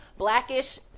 Blackish